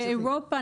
באירופה,